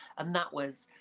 and that was,